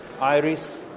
Iris